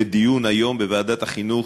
לדיון שהיה היום בוועדת החינוך,